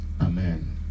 Amen